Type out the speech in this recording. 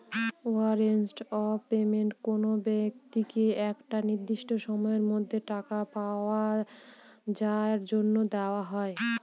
warrant of payment কোনো ব্যক্তিকে একটা নির্দিষ্ট সময়ের মধ্যে টাকা পাওয়ার জন্য দেওয়া হয়